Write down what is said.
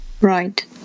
Right